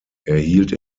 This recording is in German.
erhielt